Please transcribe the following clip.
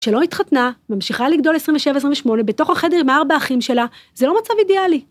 ‫שלא התחתנה, ממשיכה לגדול 27-28 ‫בתוך החדר עם ארבע אחים שלה, ‫זה לא מצב אידיאלי.